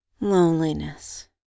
loneliness